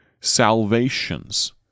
salvations